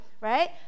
right